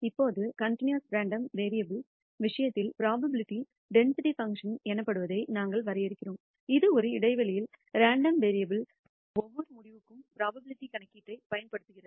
இப்போது continuous random வேரியபுல்ன் விஷயத்தில் புரோபாபிலிடி டென்சிட்டி பங்க்ஷன் எனப்படுவதை நாங்கள் வரையறுக்கிறோம் இது ஒரு இடைவெளியில் ரேண்டம் வேரியபுல்ன் ஒவ்வொரு முடிவுக்கும் புரோபாபிலிடிஐ கணக்கிடப் பயன்படுகிறது